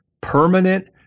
permanent